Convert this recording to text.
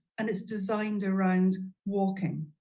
and it's designed around walking.